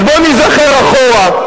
אז בוא ניזכר אחורה.